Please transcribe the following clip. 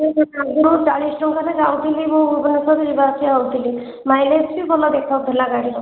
ଆଗରୁ ଚାଳିଶ ଟଙ୍କାରେ ଯାଉଥିଲି ମୁଁ ଭୁବନେଶ୍ୱର ଯିବା ଆସିବା ହେଉଥିଲି ମାଇଲେଜ୍ ବି ଭଲ ଦେଖାଉଥିଲା ଗାଡ଼ିର